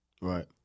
Right